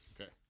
Okay